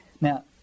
Now